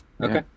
Okay